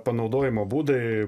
panaudojimo būdai